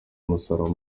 umusaruro